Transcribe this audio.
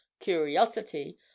curiosity